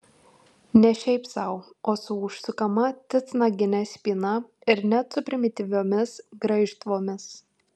ne šiaip sau o su užsukama titnagine spyna ir net su primityviomis graižtvomis